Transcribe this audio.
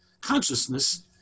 consciousness